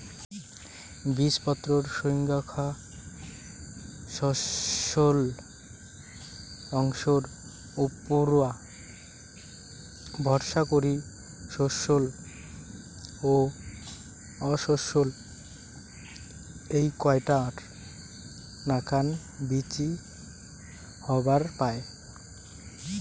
বীজপত্রর সইঙখা শস্যল অংশর উপুরা ভরসা করি শস্যল ও অশস্যল এ্যাই কয়টার নাকান বীচি হবার পায়